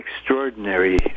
extraordinary